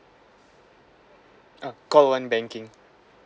uh call one banking